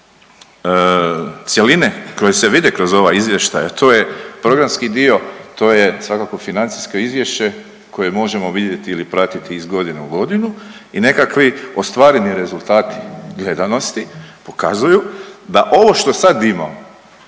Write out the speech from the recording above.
cjeline koje se vide kroz ovaj izvještaj, a to je programski dio, to je svakako financijsko izvješće koje možemo vidjeti ili pratiti iz godine u godinu i nekakvi ostvareni rezultati gledanosti pokazuju da ovo što sad imamo